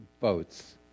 votes